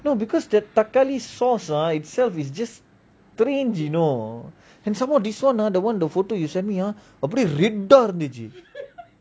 no because their thakkali sauce itself ah is just strange you know and some more this [one] ah the photo you send me ah அப்பிடியே:apidiyae red eh இருந்துச்சி:irunthuchi